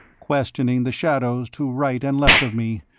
questioning the shadows to right and left of me,